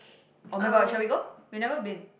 [oh]-my-god shall we go we never been